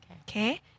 Okay